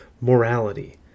morality